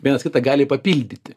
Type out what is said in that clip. vienas kitą gali papildyti